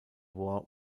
war